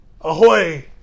Ahoy